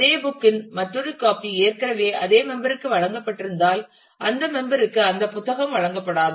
அதே புக் இன் மற்றொரு காபி ஏற்கனவே அதே மெம்பர் க்கு வழங்கப்பட்டிருந்தால் அந்த மெம்பர் க்கு அந்த புத்தகம் வழங்கப்படாது